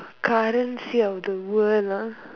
currency of the world ah